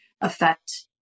affect